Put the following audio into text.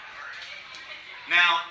Now